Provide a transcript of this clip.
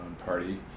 Party